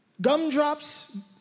gumdrops